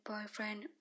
boyfriend